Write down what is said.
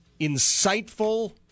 insightful